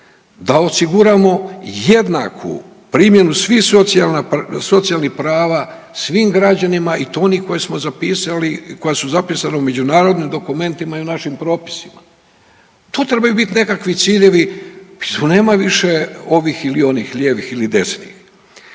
da osiguramo jednaku primjenu svih socijalnih prava svim građanima i to ona koja su zapisana u međunarodnim dokumentima i u našim propisima. To trebaju bit nekakvi ciljevi i tu nema više ovih ili onih, lijevih ili desni.